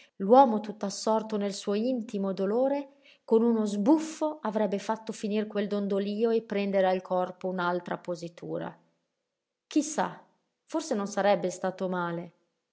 attenzione l'uomo tutt'assorto nel suo intimo dolore con uno sbuffo avrebbe fatto finir quel dondolío e prendere al corpo un'altra positura chi sa forse non sarebbe stato male